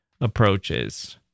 approaches